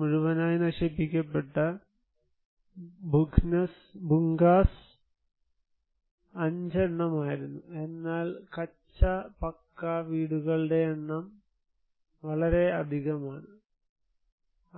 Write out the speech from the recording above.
മുഴുവനായി നശിപ്പിക്കപ്പെട്ട ഭുന്ഗസ് 5 എണ്ണം ആയിരുന്നു എന്നാൽ കച്ഛ പക്ക വീടുകളുടെ എണ്ണം വളരെ അധികമാണ്